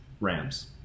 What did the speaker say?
Rams